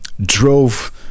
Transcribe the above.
drove